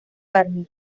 garner